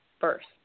first